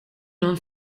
non